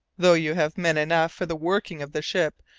though you have men enough for the working of the ship,